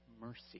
mercy